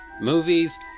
movies